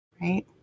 right